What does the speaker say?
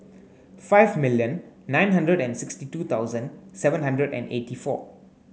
five million nine hundred and sixty two thousand seven hundred and eighty four